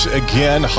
again